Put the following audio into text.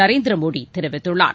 நரேந்திர மோடி தெரிவித்துள்ளார்